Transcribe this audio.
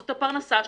וזאת הפרנסה שלכם,